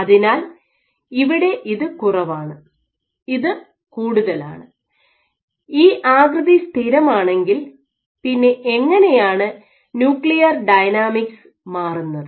അതിനാൽ ഇവിടെ ഇത് കുറവാണ് ഇത് കൂടുതൽ ആണ് ഈ ആകൃതി സ്ഥിരമാണെങ്കിൽ പിന്നെ എങ്ങനെയാണ് ന്യൂക്ലിയർ ഡൈനാമിക്സ് മാറുന്നത്